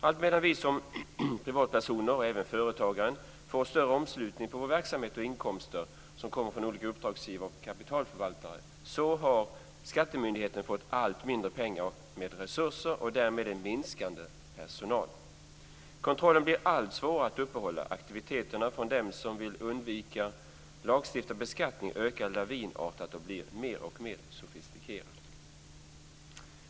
Allt medan vi som privatpersoner och även företagen får större omslutning på vår verksamhet och inkomster som kommer från olika uppdragsgivare och kapitalförvaltare har skattemyndigheterna fått allt mindre med resurser och därmed en minskande personal. Kontrollen blir allt svårare att uppehålla. Aktiviteterna från dem som vill undvika lagstiftad beskattning ökar lavinartat och blir mer och mer sofistikerade.